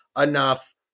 Enough